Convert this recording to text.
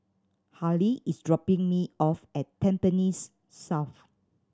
Hali is dropping me off at Tampines South